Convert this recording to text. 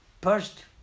First